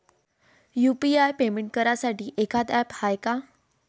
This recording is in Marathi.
यू.पी.आय पेमेंट करासाठी एखांद ॲप हाय का?